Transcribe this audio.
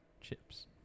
chips